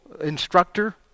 instructor